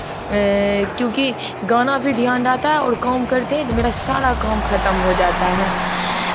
क्योंकि गाना पे ध्यान रहता है और काम करते हैं तो मेरा सारा काम खतम हो जाता है